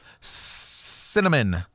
Cinnamon